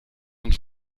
und